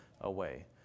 away